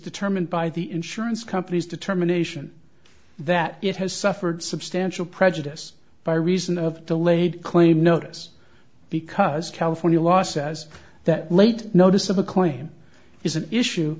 determined by the insurance companies determination that it has suffered substantial prejudice by reason of the laid claim notice because california law says that late notice of a coin is an issue